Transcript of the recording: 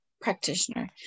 practitioner